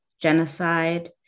genocide